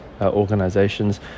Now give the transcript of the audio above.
organizations